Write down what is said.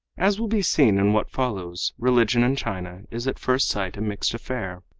as will be seen in what follows, religion in china is at first sight a mixed affair.